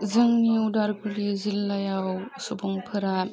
जोंनि उदालगुरि जिल्लायाव सुबुंफोरा